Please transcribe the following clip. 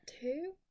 two